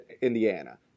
Indiana